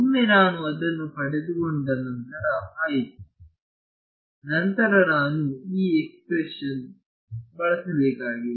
ಒಮ್ಮೆ ನಾನು ಅದನ್ನು ಪಡೆದುಕೊಂಡ ನಂತರ ಆಯಿತು ನಂತರ ನಾನು ಈ ಇಕ್ವೇಶನ್ ಬಳಸಬೇಕಾಗಿದೆ